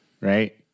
Right